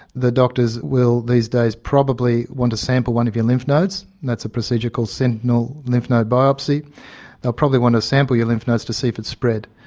the doctors will these days probably want to sample one of your lymph nodes, and that's a procedure called sentinel lymph node biopsy. they will probably want to sample your lymph nodes to see if it's spread.